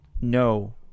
no